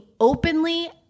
openly